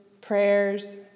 prayers